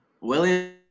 William